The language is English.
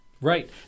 Right